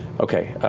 okay.